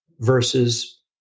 versus